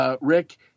Rick